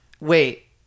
wait